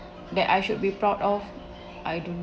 that I should be proud of I do